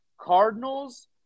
Cardinals